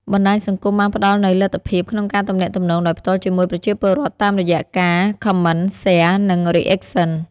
បណ្ដាញសង្គមបានផ្ដល់នូវលទ្ធភាពក្នុងការទំនាក់ទំនងដោយផ្ទាល់ជាមួយប្រជាពលរដ្ឋ តាមរយៈការ Comment, Share, និង Reaction។